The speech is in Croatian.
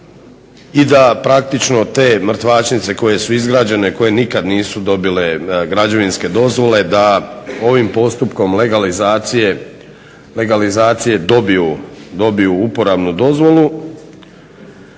i da praktično te mrtvačnice koje su izgrađene, koje nikad nisu dobile građevinske dozvole da ovim postupkom legalizacije dobiju uporabnu dozvolu.